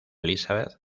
elizabeth